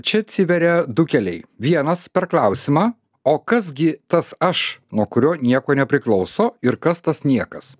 čia atsiveria du keliai vienas per klausimą o kas gi tas aš nuo kurio nieko nepriklauso ir kas tas niekas